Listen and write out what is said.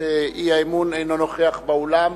עדיין לא הגיעו,